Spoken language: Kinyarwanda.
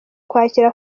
kwakira